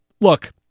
look